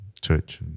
church